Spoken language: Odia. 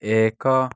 ଏକ